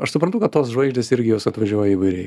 aš suprantu kad tos žvaigždės irgi jos atvažiuoja įvairiai